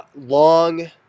long